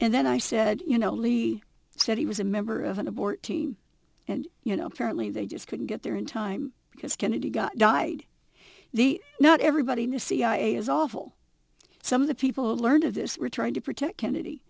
and then i said you know lee said he was a member of an abort team and you know apparently they just couldn't get there in time because kennedy got died not everybody in the cia is awful some of the people learned of this were trying to protect kennedy